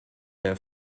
der